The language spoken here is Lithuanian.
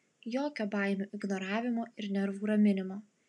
jokio baimių ignoravimo ir nervų raminimo